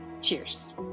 Cheers